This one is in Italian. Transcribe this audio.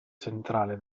centrale